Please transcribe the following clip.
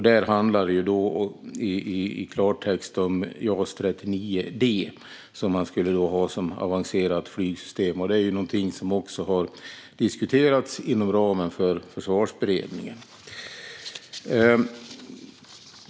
Det handlar i klartext om JAS 39 D som man skulle ha som avancerat flygsystem. Detta har också diskuterats inom ramen för Försvarsberedningen.